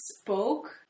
spoke